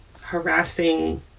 harassing